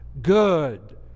good